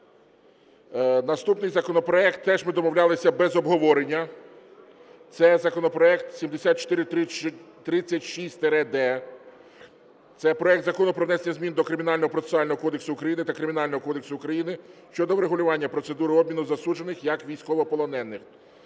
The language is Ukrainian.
Наступний законопроект теж ми домовлялися без обговорення. Це законопроект 7436-д. Це проект Закону про внесення змін до Кримінального процесуального кодексу України та Кримінального кодексу України щодо врегулювання процедури обміну засуджених як військовополонених.